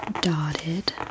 dotted